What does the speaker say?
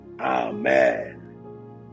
amen